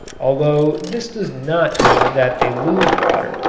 although this does not mean that they lose water,